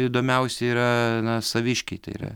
įdomiausia yra saviškiai tai yra